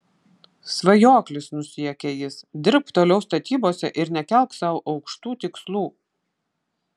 svajoklis nusijuokia jis dirbk toliau statybose ir nekelk sau aukštų tikslų